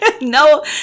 No